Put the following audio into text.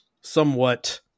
somewhat